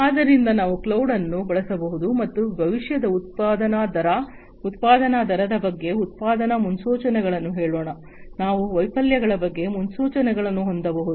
ಆದ್ದರಿಂದ ನಾವು ಕ್ಲೌಡ್ ಅನ್ನು ಬಳಸಬಹುದು ಮತ್ತು ಭವಿಷ್ಯದ ಉತ್ಪಾದನಾ ದರ ಉತ್ಪಾದನಾ ದರದ ಬಗ್ಗೆ ಉತ್ಪಾದನಾ ಮುನ್ಸೂಚನೆಗಳನ್ನು ಹೇಳೋಣ ನಾವು ವೈಫಲ್ಯಗಳ ಬಗ್ಗೆ ಮುನ್ಸೂಚನೆಗಳನ್ನು ಹೊಂದಬಹುದು